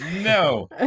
No